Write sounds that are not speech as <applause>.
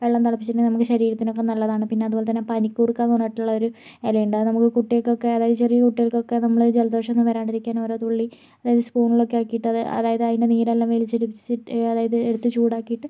വെള്ളം തിളപ്പിച്ചിട്ടുണ്ടെങ്കിൽ നമുക്ക് ശരീരത്തിനൊക്കെ നല്ലതാണ് പിന്നെ അതുപോലെ തന്നെ പനികൂർക്കാന്ന് പറഞ്ഞിട്ടുള്ള ഒര് ഇല ഉണ്ട് അത് നമുക്ക് കുട്ടികൾക്കൊക്കെ അതായത് ചെറിയ കുട്ടികൾക്കൊക്കെ നമ്മള് ജലദോഷമൊന്നും വരാണ്ടിരിക്കാൻ ഓരോ തുള്ളി അതായത് സ്പൂണിലൊക്കെ ആക്കിയിട്ട് അത് അതായത് അതിൻ്റെ നീരെല്ലാം <unintelligible> അതായത് എടുത്തു ചൂടാക്കിയിട്ട്